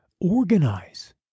organize